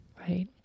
right